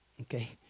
Okay